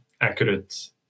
accurate